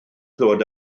ddod